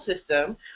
system